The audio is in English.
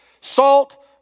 salt